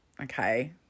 okay